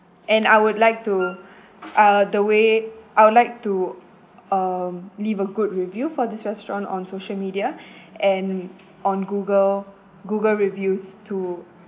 and I would like to uh the way I would like to um leave a good review for this restaurant on social media and on google google reviews to